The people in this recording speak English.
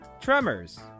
Tremors